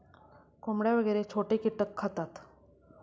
कोंबड्या वगैरे छोटे कीटक खातात